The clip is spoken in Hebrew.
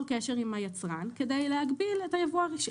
קשר עם היצרן כדי להגביל את הייבוא המקביל.